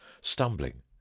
stumbling